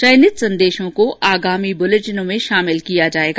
चयनित संदेशों को आगामी बुलेटिनों में शामिल किया जाएगा